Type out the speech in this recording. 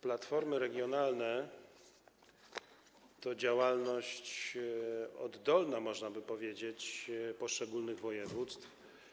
Platformy regionalne to działalność oddolna, można by powiedzieć, poszczególnych województw.